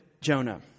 Jonah